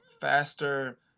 faster